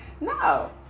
No